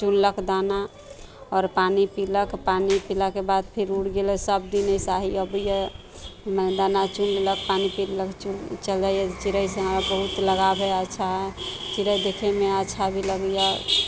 चुनलक दाना आओर पानि पिलक पानि पिलाके बाद फिर उड़ गेलै सभ दिन ऐसा ही अभी हइ मने दाना चुनि लेलक पानि पी लेलक चऽ चलि जाइया चिड़ै से हमरा बहुत लगाव हइ अच्छा हइ चिड़ै देखैमे अच्छा भी लगैया